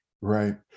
right